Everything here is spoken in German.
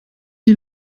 die